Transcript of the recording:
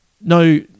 no